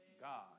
God